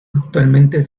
actualmente